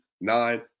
nine